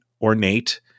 ornate